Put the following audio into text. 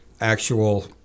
actual